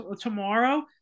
tomorrow